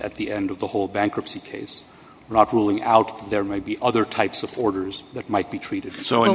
at the end of the whole bankruptcy case rock ruling out there may be other types of orders that might be treated so